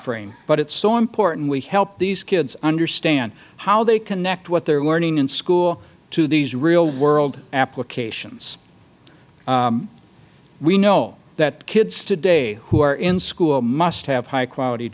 timeframe but it is so important we help these kids understand how they connect what they are learning in school to these real world applications we know that kids today who are in school must have high quality